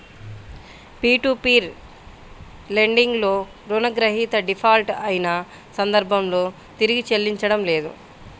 peer to peer lending లో రుణగ్రహీత default అయిన సందర్భంలో తిరిగి చెల్లించడం లేదు